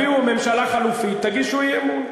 תביאו ממשלה חלופית, תגישו אי-אמון.